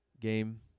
game